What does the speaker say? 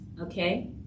okay